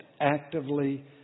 actively